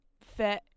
fit